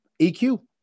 EQ